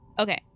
Okay